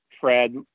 Fred